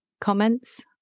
comments